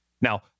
Now